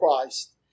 Christ